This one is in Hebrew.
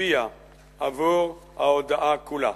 הצביע עבור ההודעה כולה.